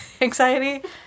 anxiety